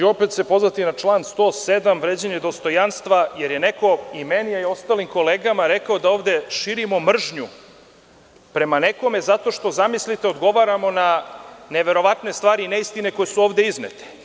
Ponovo ću se pozvati na povredu člana 107. vređanje dostojanstva, jer je neko i meni, a i ostalim kolegama rekao da ovde širimo mržnju prema nekome zato što zamislite, odgovaramo na neverovatne stvari i neistine koje su ovde iznete.